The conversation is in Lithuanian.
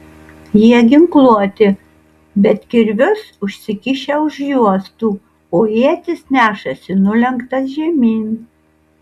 jie ginkluoti bet kirvius užsikišę už juostų o ietis nešasi nulenktas žemyn